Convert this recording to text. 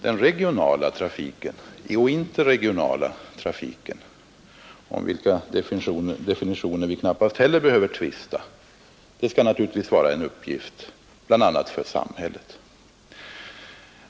Den regionala trafiken och den interregionala trafiken, om vilka definitioner vi knappast heller behöver tvista, skall naturligtvis vara en uppgift bl.a. för samhället.